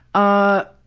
a